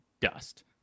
dust